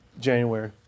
January